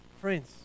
friends